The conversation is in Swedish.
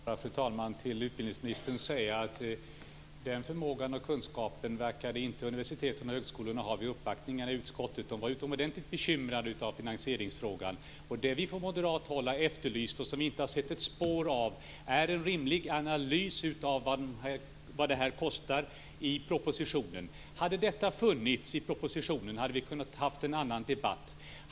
Fru talman! Jag vill bara säga till utbildningsministern att universiteten och högskolorna vid uppvaktningen i utskottet inte verkade ha den förmågan och den kunskapen. De var utomordentligt bekymrade för finansieringsfrågan. Det som vi från moderat håll har efterlyst och som vi inte har sett ett spår av i propositionen är en rimlig analys av vad det här kostar. Om detta hade funnits i propositionen kunde vi ha fört en annan debatt.